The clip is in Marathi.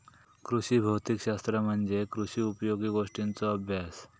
कृषी भौतिक शास्त्र म्हणजे कृषी उपयोगी गोष्टींचों अभ्यास